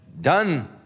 done